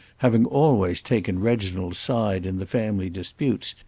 having always taken reginald's side in the family disputes,